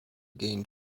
gained